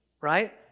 right